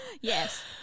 yes